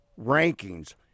rankings